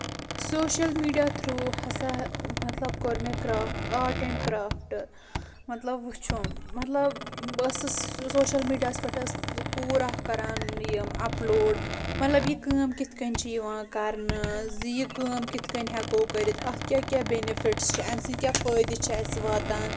social media through ہسا مطلب کوٚر مےٚ کراف آرٹ ایٚڈ کرافٹ مطلب وُچھُم مطلب بہٕ ٲسٕس مطلب سوشل میٖڈیا ہَس پٮ۪ٹھ ٲسی کوٗر اکھ کران یِم اَپلوڈ مطلب یہِ کٲم کِتھ پٲٹھۍ چھِ یِوان کرنہٕ زِ یہِ کٲم کِتھ کٔنۍ ہیٚکو کٔرِتھ اَتھ کیٚاہ کیٚاہ بنیفِٹس چھِ اَمہِ کیٚاہ فٲیدٕ چھِ اَسہِ واتان